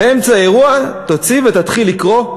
באמצע אירוע תוציא ותתחיל לקרוא?